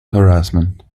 harassment